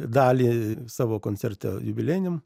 dalį savo koncerte jubiliejiniam